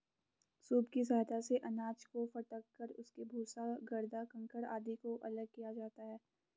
soup की सहायता से अनाज को फटक कर उसके भूसा, गर्दा, कंकड़ आदि को अलग किया जाता है